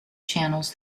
channels